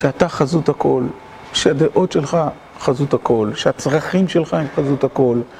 שאתה חזות הכל, שהדעות שלך חזות הכל, שהצרכים שלך הם חזות הכל.